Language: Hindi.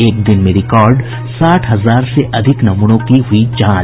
एक दिन में रिकार्ड साठ हजार से अधिक नमूनों की हुई जांच